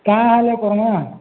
କାଁ ହେଲେ କର୍ମା